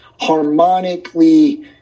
harmonically